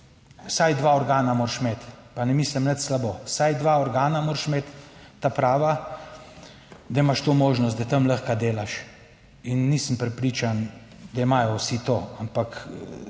vsaj dva organa moraš imeti, pa ne mislim nič slabo, vsaj dva organa moraš imeti ta prava, da imaš to možnost, da tam lahko delaš in nisem prepričan, da imajo vsi to, ampak